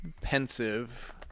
pensive